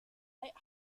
eight